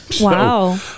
Wow